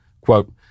quote